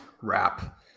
wrap